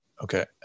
Okay